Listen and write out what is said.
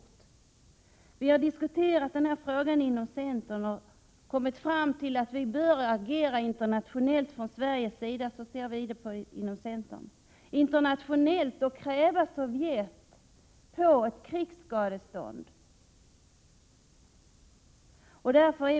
Inom centern har vi diskuterat denna fråga. Vi har kommit fram till att Sverige internationellt bör agera för att Sovjet krävs på ett krigsskadestånd.